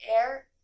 air